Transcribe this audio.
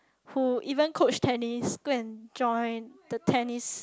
who even coach Tennis go and join the Tennis